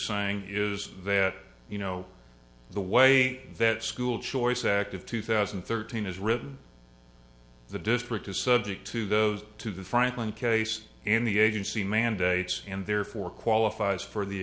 saying is that you know the way that school choice act of two thousand and thirteen is written the district is subject to those to the franklin case and the agency mandates and therefore qualifies for the